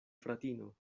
fratino